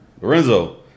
Lorenzo